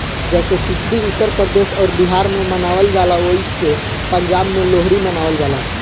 जैसे खिचड़ी उत्तर प्रदेश अउर बिहार मे मनावल जाला ओसही पंजाब मे लोहरी मनावल जाला